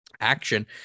action